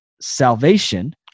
Salvation